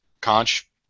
Conch